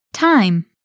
time